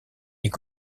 est